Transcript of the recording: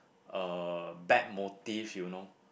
uh bad motive you know